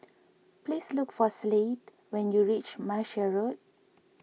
please look for Slade when you reach Martia Road